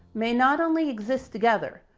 may not only exist together,